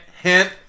Hint